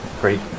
Great